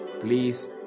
please